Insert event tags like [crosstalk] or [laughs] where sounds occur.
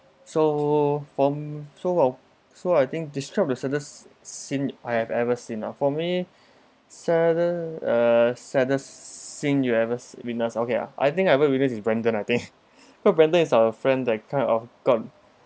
so from so I'll so I think describe a saddest scene I have ever seen ah for me saddest uh saddest scene you ever witness okay ah I think I ever witness is brendan I think [laughs] because brendan is our friend that kind of got